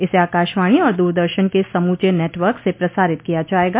इसे आकाशवाणी और दूरदर्शन के समूचे नेटवर्क से प्रसारित किया जाएगा